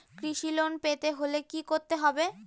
কৃষি লোন পেতে হলে কি করতে হবে?